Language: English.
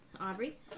Aubrey